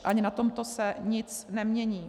Ani na tomto se nic nemění.